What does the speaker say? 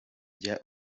jya